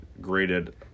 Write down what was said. graded